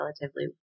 relatively